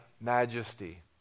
majesty